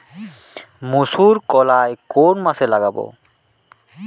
মুসুর কলাই কোন মাসে লাগাব?